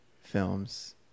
films